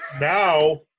now